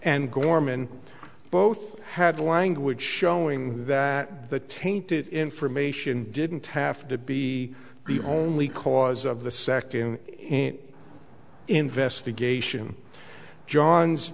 gorman both had language showing that the tainted information didn't have to be the only cause of the second in investigation john's